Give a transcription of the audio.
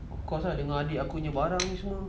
of course lah dengan adik aku punya barang ni semua